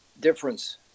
difference